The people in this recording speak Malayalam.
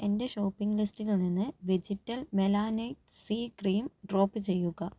എന്റെ ഷോപ്പിംഗ് ലിസ്റ്റിൽ നിന്ന് vegetal melanite C cream drop ചെയ്യുക